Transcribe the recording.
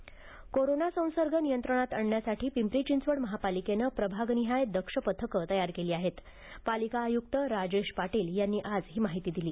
Pimpri Chinchwad corona संसर्ग नियंत्रणात आणण्यासाठी पिंपरी चिंचवड महापालिकेने प्रभाग निहाय दक्ष पथक तयार केली आहेत पालिका आयुक्त राजेश पाटील यांनी आज ही माहिती दिली